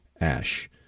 Ash